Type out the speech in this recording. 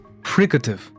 fricative